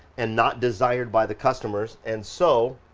and not desired by the customers, and so,